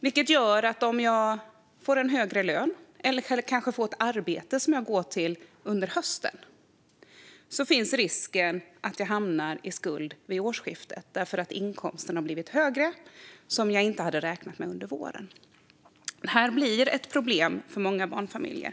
Det gör att om jag får en högre lön eller kanske ett arbete som jag går till under hösten finns risken att jag hamnar i skuld vid årsskiftet eftersom inkomsten har blivit högre på ett sätt som jag inte hade räknat med under våren. Det här blir ett problem för många barnfamiljer.